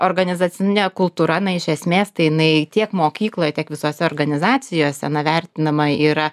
organizacinė kultūra na iš esmės tai jinai tiek mokykloje tiek visose organizacijose na vertinama yra